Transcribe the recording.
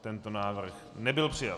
Tento návrh nebyl přijat.